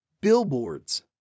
Billboards